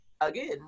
again